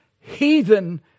heathen